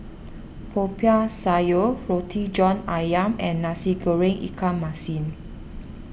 Popiah Sayur Roti John Ayam and Nasi Goreng Ikan Masin